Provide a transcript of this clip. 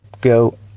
Go